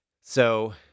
So-